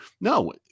no